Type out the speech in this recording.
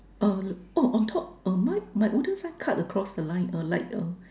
err oh on top uh my my wooden sign cut across the line uh like uh